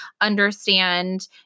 understand